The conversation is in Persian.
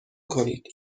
کنید